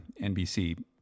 NBC